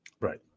Right